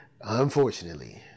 unfortunately